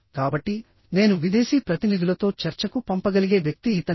కాబట్టి నేను విదేశీ ప్రతినిధులతో చర్చకు పంపగలిగే వ్యక్తి ఇతనే